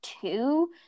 two